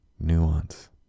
nuance